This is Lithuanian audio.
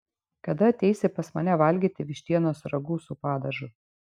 kada ateisi pas mane valgyti vištienos ragu su padažu